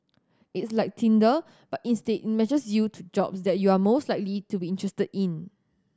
it's like Tinder but instead it matches you to jobs that you are most likely to be interested in